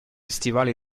stivali